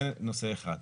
זה נושא אחד.